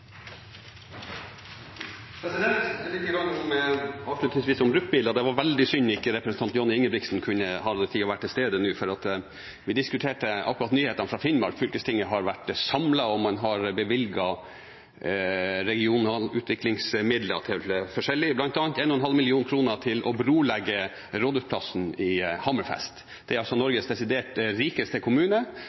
avslutningsvis om bruktbiler. Det var veldig synd at representanten Johnny Ingebrigtsen ikke hadde tid til å være til stede nå, for vi diskuterte akkurat nyheten fra Finnmark. Fylkestinget har vært samlet, og man har bevilget regionen utviklingsmidler til forskjellig, bl.a. 1,5 mill. kr til å brolegge Rådshusplassen i Hammerfest. Det er altså Norges desidert rikeste kommune,